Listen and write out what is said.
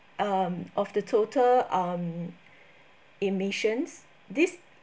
um of the total um emissions this